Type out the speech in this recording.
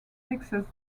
texas